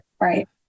right